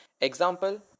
Example